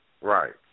Right